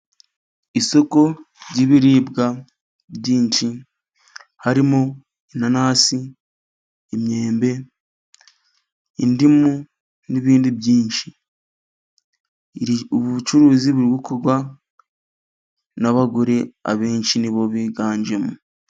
Isoko ry'ibiribwa byinshi, harimo inanasi, imyembe, indimu n'ibindi byinshi, ubu bucuruzi buri gukorwa n'abagore abenshi nibo biganjemo.